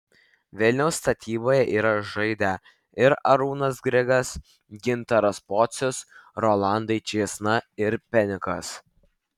vilniaus statyboje yra žaidę ir arūnas grigas gintaras pocius rolandai čėsna ir penikas